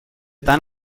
tan